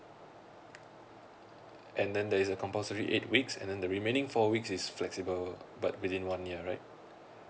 and then there is a compulsory eight weeks and then the remaining four weeks is flexible but within one year right